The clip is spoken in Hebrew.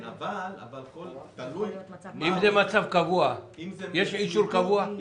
אם זה מצב קבוע, יש אישור קבוע?